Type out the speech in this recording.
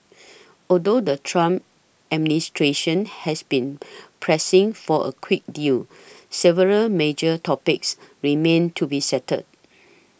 although the Trump administration has been pressing for a quick deal several major topics remain to be settled